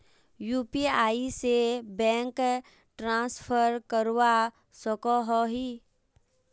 UPI से bank transfer करवा सकोहो ही?